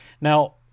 Now